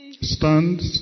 Stand